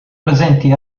presenti